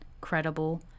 credible